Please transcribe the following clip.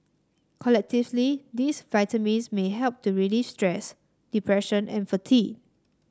collectively these vitamins may help to release stress depression and fatigue